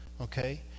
Okay